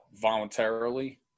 voluntarily